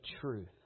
truth